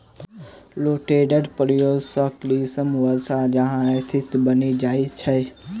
रोटेटरक प्रयोग सॅ कृत्रिम वर्षा जकाँ स्थिति बनि जाइत छै